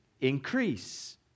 Increase